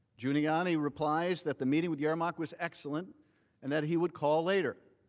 giuliani replies that the meeting with yermak was excellent and that he would call later.